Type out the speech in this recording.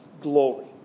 glory